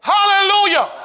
Hallelujah